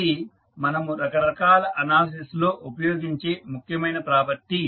ఇది మనము రకరకాల అనాలిసిస్లలో ఉపయోగించే ముఖ్యమైన ప్రాపర్టీ